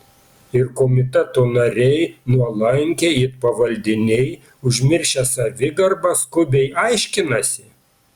ir komiteto nariai nuolankiai it pavaldiniai užmiršę savigarbą skubiai aiškinasi